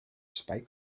spite